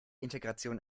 integration